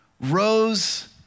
rose